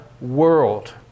world